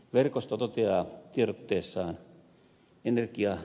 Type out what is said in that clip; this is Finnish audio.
verkosto toteaa tiedotteessaan